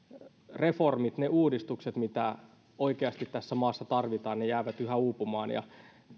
reformit ne uudistukset mitä oikeasti tässä maassa tarvitaan jäävät yhä uupumaan